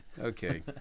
Okay